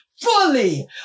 fully